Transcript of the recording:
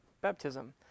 baptism